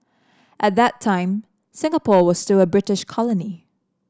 at that time Singapore was still a British colony